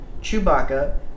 Chewbacca